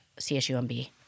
CSUMB